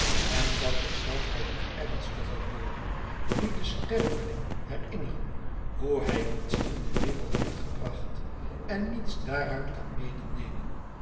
en dat ik zelfs bij die ernstige woorden die den sterveling herinneren hoe hij niets in de wereld heeft gebracht en niets daaruit kan medenemen